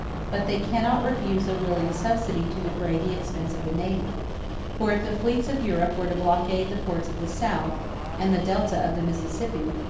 but they cannot refuse a willing subsidy to defray the expenses of the navy for if the fleets of europe were to blockade the ports of the south and the delta of the mississippi,